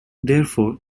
therefore